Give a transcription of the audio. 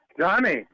Johnny